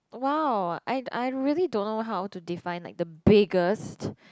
!wow! I I really don't know how to define like the biggest